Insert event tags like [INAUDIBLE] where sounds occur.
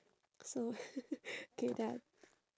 so [NOISE] okay done